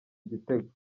igitego